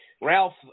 Ralph